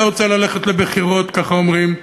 אתה רוצה ללכת לבחירות, ככה אומרים.